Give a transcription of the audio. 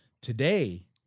Today